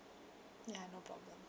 ya no problem